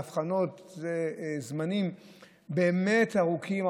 אלה זמנים באמת ארוכים,